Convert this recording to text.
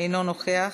אינו נוכח,